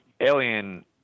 alien